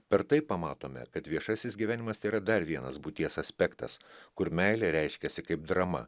per tai pamatome kad viešasis gyvenimas tai yra dar vienas būties aspektas kur meilė reiškiasi kaip drama